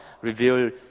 reveal